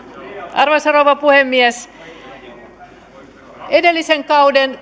arvoisa rouva puhemies edellisen kauden